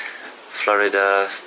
Florida